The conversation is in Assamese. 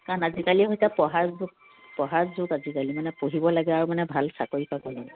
কাৰণ আজিকালি হৈছে পঢ়াৰ যুগ পঢ়াৰ যুগ আজিকালি ন পঢ়িব লাগে আৰু ভাল চাকৰি পাব লাগে